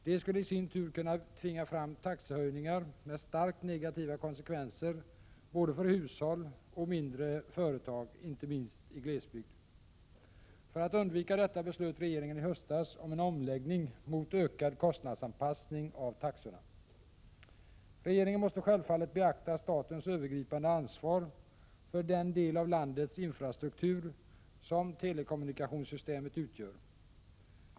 Det skulle i sin tur kunna tvinga fram taxehöjningar med starkt negativa konsekvenser för både hushåll och mindre företag inte minst i glesbygd. För att undvika detta beslöt regeringen i höstas om en omläggning mot ökad kostnadsanpassning av taxorna. Regeringen måste självfallet beakta statens övergripande ansvar för den del av landets infrastruktur som telekommunikationssystemet utgör.